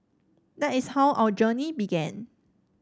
that is how our journey began